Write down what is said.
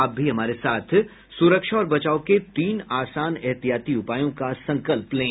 आप भी हमारे साथ सुरक्षा और बचाव के तीन आसान एहतियाती उपायों का संकल्प लें